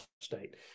State